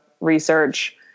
research